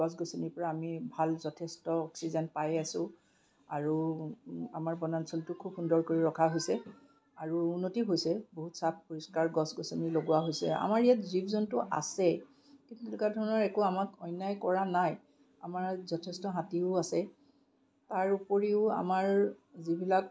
গছ গছনিৰপৰা আমি ভাল যথেষ্ট অক্সিজেন পাই আছো আৰু আমাৰ বনাঞ্চলটো খুব সুন্দৰ কৰি ৰখা হৈছে আৰু উন্নতিও হৈছে বহুত চাফ পৰিষ্কাৰ গছ গছনি লগোৱা হৈছে আমাৰ ইয়াত জীৱ জন্তু আছে কিন্তু তেনেকুৱা ধৰণৰ একো আমাক অন্যায় কৰা নাই আমাৰ ইয়াত যথেষ্ট হাতীও আছে তাৰ উপৰিও আমাৰ যিবিলাক